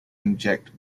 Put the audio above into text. inject